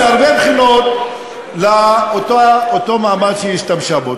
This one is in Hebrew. יכולה להתאים מהרבה בחינות לאותו מעמד שהיא השתמשה בו.